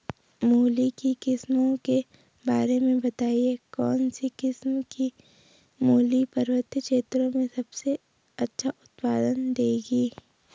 मूली की किस्मों के बारे में बताइये कौन सी किस्म की मूली पर्वतीय क्षेत्रों में सबसे अच्छा उत्पादन देंगी?